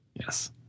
Yes